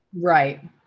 right